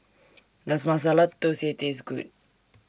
Does Masala Dosa Taste Good